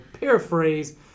paraphrase